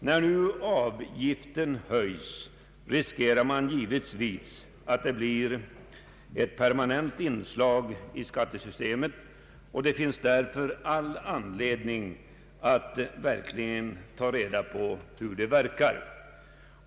När nu avgiften höjs, riskerar man givetvis att den blir ett permanent inslag i skattesystemet, och det finns därför all anledning att verkligen ta redan på hur den verkar.